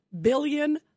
billion